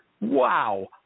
wow